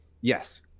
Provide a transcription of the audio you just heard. Yes